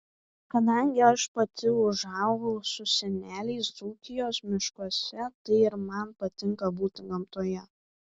kadangi aš pati užaugau su seneliais dzūkijos miškuose tai ir man patinka būti gamtoje